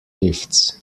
lifts